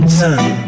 time